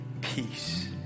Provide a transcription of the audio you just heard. peace